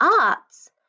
arts